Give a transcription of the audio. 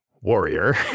Warrior